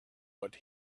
what